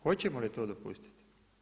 Hoćemo li to dopustiti?